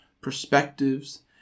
perspectives